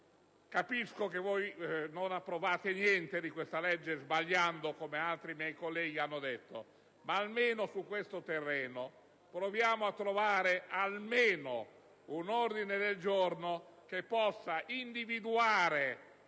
Capisco che voi non approviate niente di questa normativa, sbagliando, come altri miei colleghi hanno detto, ma almeno su questo terreno proviamo a predisporre un ordine del giorno che possa individuare